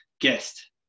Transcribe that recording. guest